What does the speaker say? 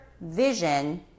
vision